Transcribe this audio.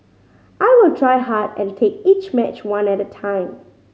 I will try hard and take each match one at a time